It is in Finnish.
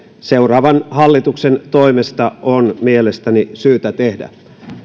seuraavan hallituksen toimesta mielestäni syytä tehdä